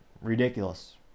Ridiculous